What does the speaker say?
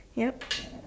yup